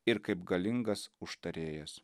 ir kaip galingas užtarėjas